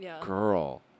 girl